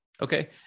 Okay